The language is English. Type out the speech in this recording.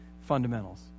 fundamentals